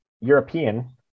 european